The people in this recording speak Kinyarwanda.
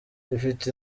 ifite